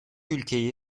ülkeyi